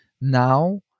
now